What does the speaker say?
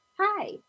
Hi